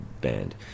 band